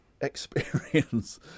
experience